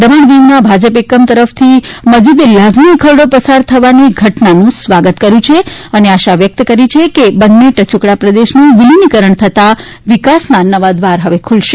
દમણ દીવના ભાજપ એકમ તરફથી મજીદ લાઘનીએ ખરડી પસાર થવાની ઘટનાનું સ્વાગત કર્યું છે અને આશા વ્યકત કરી કે બંને ટયૂકડા પ્રદેશનું વિલીનીકરણ થતાં વિકાસના નવા દ્વાર હવે ખુલશે